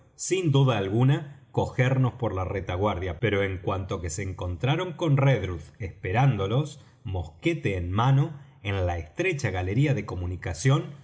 sin duda alguna cogernos por la retaguardia pero en cuanto que se encontraron con redruth esperándolos mosquete en mano en la estrecha galería de comunicación